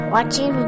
Watching